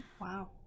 Wow